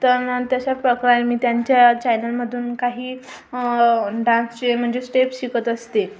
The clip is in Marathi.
तर न तशा प्रकारे मी त्यांच्या चॅनलमधून काही डान्सचे म्हणजे स्टेप्स शिकत असते